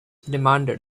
demanded